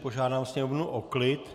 Požádám sněmovnu o klid.